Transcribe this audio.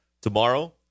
tomorrow